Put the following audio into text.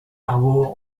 harbour